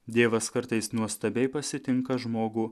dievas kartais nuostabiai pasitinka žmogų